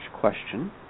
question